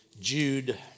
Jude